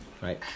right